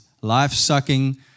life-sucking